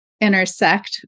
intersect